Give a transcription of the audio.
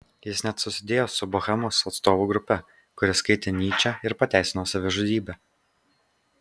jis net susidėjo su bohemos atstovų grupe kuri skaitė nyčę ir pateisino savižudybę